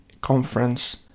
conference